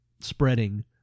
spreading